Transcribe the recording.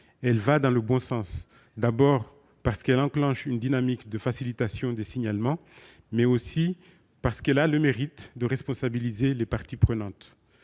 Elle va dans le bon sens : d'abord, parce qu'elle enclenche une dynamique de facilitation des signalements ; ensuite, parce qu'elle a le mérite de responsabiliser les parties prenantes.